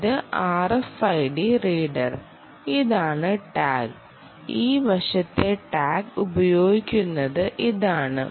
ഇത് RFID reader ഇതാണ് tag ഈ വശത്തെ ടാഗ് ഉപയോഗിക്കുന്നത് ഇതാണ്